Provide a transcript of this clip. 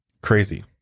Crazy